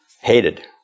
hated